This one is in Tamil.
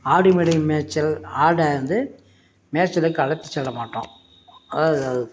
ஆடு மாடு மேய்ச்சல் ஆட வந்து மேய்ச்சலுக்கு அலச்சி செல்ல மாட்டோம்